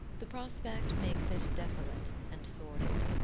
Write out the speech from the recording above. the prospect makes it desolate and sordid.